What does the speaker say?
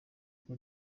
kuko